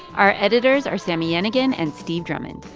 our editors are sami yenigun and steve drummond.